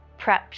prepped